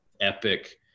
epic